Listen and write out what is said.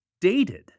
dated